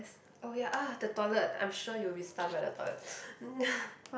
oh ya uh the toilet I'm sure you will be stunned by the toilet